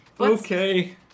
Okay